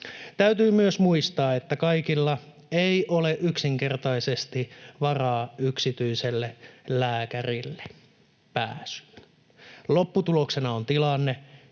Täytyy myös muistaa, että kaikilla ei ole yksinkertaisesti varaa yksityiselle lääkärille pääsyyn. Lopputuloksena on tilanne,